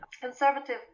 conservative